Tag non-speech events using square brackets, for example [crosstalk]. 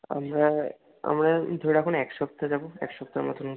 আমি [unintelligible] আমরা ধরে রাখুন এক সপ্তাহ যাবো এক সপ্তাহ মতোন